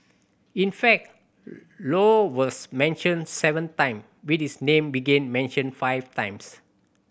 in fact Low was mentioned seven time with his name begin mentioned five times